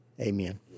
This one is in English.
amen